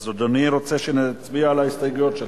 אז אדוני רוצה שנצביע על ההסתייגויות שלך?